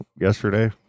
yesterday